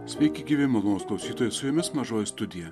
sveiki gyvi malonūs klausytojai su jumis mažoji studija